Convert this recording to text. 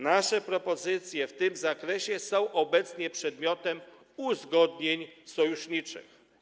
Nasze propozycje w tym zakresie są obecnie przedmiotem uzgodnień sojuszniczych.